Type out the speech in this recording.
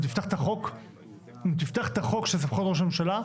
אם תפתח את החוק שזה חוק ראש הממשלה,